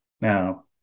Now